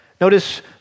Notice